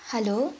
hello